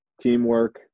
teamwork